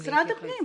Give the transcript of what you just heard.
משרד הפנים,